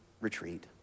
retreat